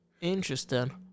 Interesting